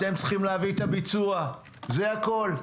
אתם צריכים להביא את הביצוע, זה הכול.